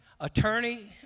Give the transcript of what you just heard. Attorney